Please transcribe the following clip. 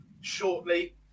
shortly